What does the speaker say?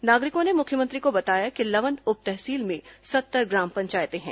नागरिकों ने मुख्यमंत्री को बताया कि लवन उप तहसील में सत्तर ग्राम पंचायतें हैं